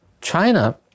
China